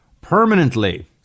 permanently